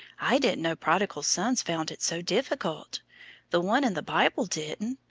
i didn't know prodigal sons found it so difficult the one in the bible didn't,